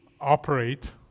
operate